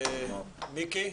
מיקי,